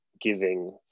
giving